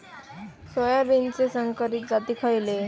सोयाबीनचे संकरित जाती खयले?